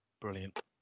brilliant